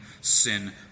sin